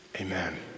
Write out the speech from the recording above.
Amen